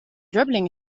dribbling